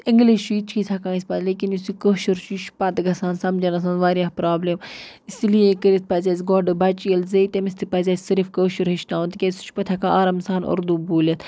English چھُ تہِ تہِ چھِ ہیٚکان أسۍ پتہٕ لیکِن یُس یہِ کٲشُر چھُ یہِ چھُ گژھان سَمجھن منٛز واریاہ پرابلِم اِسی لیے کٔرِتھ پَزِ اسہِ گۄڈٕ بَچہِ ییٚلہِ زے تٔمِس تہِ پزِ اَسہِ صرف کٲشُر ہیٚچھناوُن تِکیازِ سُہ چھُ پَتہٕ ہیٚکان آرام سان اُردو بوٗلِتھ